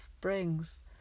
brings